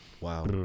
Wow